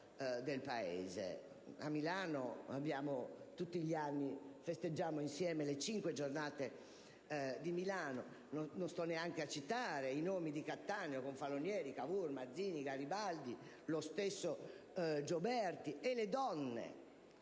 A Milano tutti gli anni festeggiamo insieme le Cinque giornate di Milano. Non sto neanche a citare i nomi di Cattaneo, Confalonieri, Cavour, Mazzini, Garibaldi, lo stesso Gioberti e le donne.